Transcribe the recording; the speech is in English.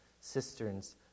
cisterns